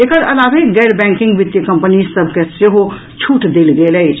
एकर अलावे गैर बैंकिंग वित्तीय कंपनी सभ के सेहो छूट देल गेल अछि